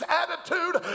attitude